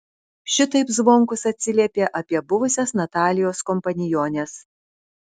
šitaip zvonkus atsiliepė apie buvusias natalijos kompaniones